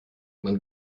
man